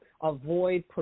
avoid